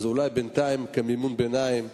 אולי בינתיים, כמימון ביניים,